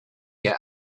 get